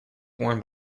worn